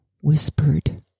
whispered